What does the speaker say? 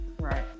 right